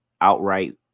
outright